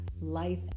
life